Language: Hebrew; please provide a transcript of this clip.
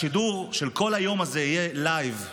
השידור של כל היום הזה יהיה בלייב,